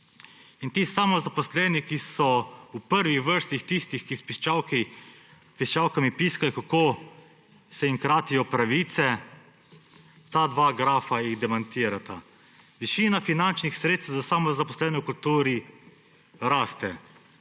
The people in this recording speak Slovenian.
Ti samozaposleni, ki so v prvi vrsti tisti, ki s piščalkami piskajo, kako se jim kratijo pravice – ta dva grafa / pokaže predmet/ jih demantirata. Višina finančnih sredstev za samozaposlene v kulturi raste.